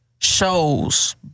shows